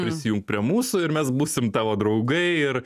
prisijunk prie mūsų ir mes būsim tavo draugai ir